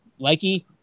Likey